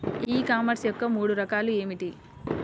ఈ కామర్స్ యొక్క మూడు రకాలు ఏమిటి?